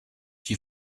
die